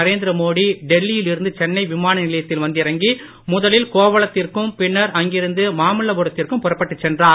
நரேந்திர மோடி டெல்லி யில் இருந்து சென்னை விமான நிலையத்தில் வந்திறங்கி முதலில் கோவளத்திற்கும் பின்னர் அங்கிருந்து மாமல்லபுரத்திற்கும் புறப்பட்டுச் சென்றார்